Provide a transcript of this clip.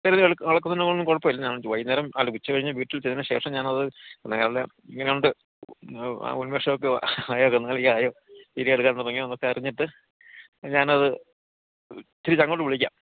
അല്ല അളക്കുന്നതിന് ഒന്നും കുഴപ്പമില്ല വൈകുന്നേരം അല്ല ഉച്ച കഴിഞ്ഞു വീട്ടിൽ ചെന്നതിന് ശേഷം ഞാനത് മെല്ലെ എങ്ങനെ ഉണ്ട് മുൻ വശമൊക്കെ തുടങ്ങിയൊന്നൊക്കെ അറിഞ്ഞിട്ട് ഞാനത് തിരിച്ച് അങ്ങോട്ട് വിളിക്കാം